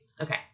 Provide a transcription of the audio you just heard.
Okay